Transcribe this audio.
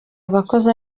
abakozi